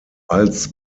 als